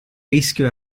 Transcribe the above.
rischio